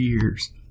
Cheers